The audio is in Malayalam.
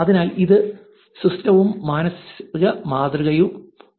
അതിനാൽ ഇത് സിസ്റ്റവും മാനസിക മാതൃകയുമാണ്